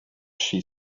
she